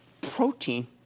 protein